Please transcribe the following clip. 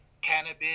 cannabis